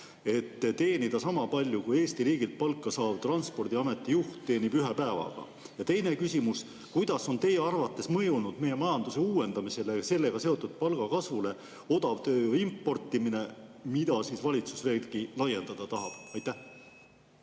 et teenida sama palju, kui Eesti riigilt palka saav transpordiameti juht teenib ühe päevaga. Ja teine küsimus: kuidas on teie arvates mõjunud meie majanduse uuendamisele ja sellega seotud palgakasvule odavtööjõu importimine, mida valitsus veelgi laiendada tahab? Aitäh,